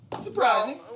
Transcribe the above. Surprising